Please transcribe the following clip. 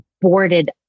boarded